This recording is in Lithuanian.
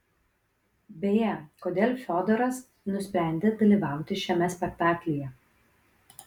beje kodėl fiodoras nusprendė dalyvauti šiame spektaklyje